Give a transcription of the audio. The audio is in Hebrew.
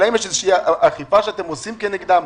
השאלה אם יש אכיפה שאתם עושים כנגדם.